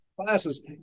classes